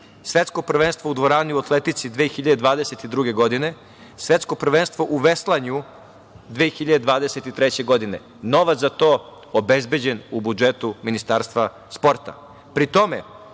Svetsko prvenstvo u dvorani u atletici 2022. godine, Svetsko prvenstvo u veslanju 2023. godine. Novac za to obezbeđen, u budžetu Ministarstva sporta.